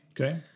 Okay